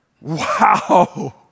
Wow